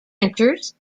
printers